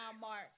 mark